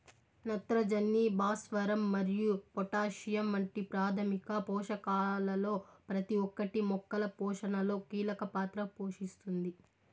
నత్రజని, భాస్వరం మరియు పొటాషియం వంటి ప్రాథమిక పోషకాలలో ప్రతి ఒక్కటి మొక్కల పోషణలో కీలక పాత్ర పోషిస్తుంది